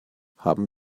haben